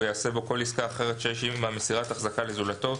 יעשה בו כל עסקה אחרת שיש עימה מסירת החזקה לזולתו,